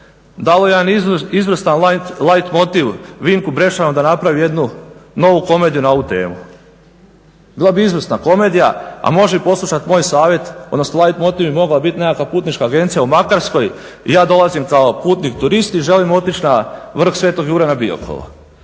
dalo jedan izvrstan light motiv Vinku Brešanu da napravi jednu novu komediju na ovu temu. Bila bi izvrsna komedija a može i poslušati moj savjet, odnosno light bi mogao biti nekakva putnička agencija u Makarskoj i ja dolazim kao putnik turist i želim otići na vrh Sv. Juraj na Biokovo.